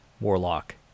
warlock